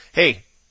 hey